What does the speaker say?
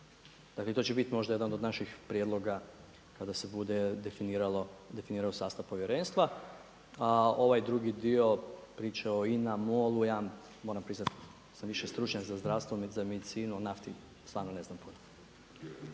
Dakle to će biti možda jedan od naših prijedloga kada se bude definirao sastav povjerenstva. A ovaj drugi dio prije o INA MOL-u je jedan moram priznati, ja sam više stručnjak za zdravstvo, za medicinu, o nafti stvarno ne znam puno.